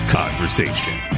conversation